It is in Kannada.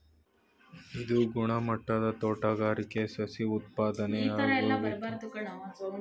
ಇದು ಗುಣಮಟ್ಟದ ತೋಟಗಾರಿಕೆ ಸಸಿ ಉತ್ಪಾದನೆ ಹಾಗೂ ವಿತರಣೆ ಮತ್ತೆ ಒಣಭೂಮಿ ಬೇಸಾಯವನ್ನು ಉತ್ತೇಜಿಸೋದಾಗಯ್ತೆ